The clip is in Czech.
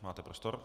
Máte prostor.